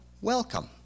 welcome